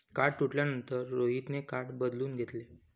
card तुटल्यानंतर रोहितने card बदलून घेतले